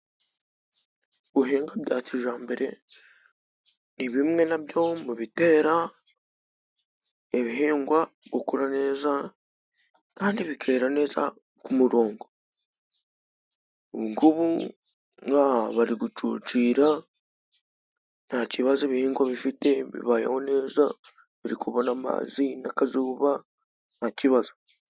Guhinga bya kijambere ni bimwe na byo mu bitera ibihingwa gukura neza, kandi bikera neza ku murongo. Ubu ng'ubu bari gucucira nta kibazo ibigingwa bifite, bibayeho neza, biri kubona amazi n'akazuba nta kibazo.